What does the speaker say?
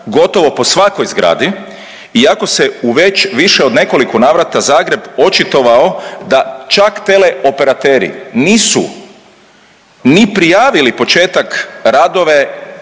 gotovo po svakoj zgradi i ako se u već više od nekoliko navrata Zagreb očitovao da čak teleoperateri nisu ni prijavili početak radove